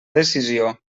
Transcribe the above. decisió